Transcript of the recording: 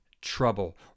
trouble